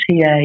TA